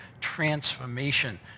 transformation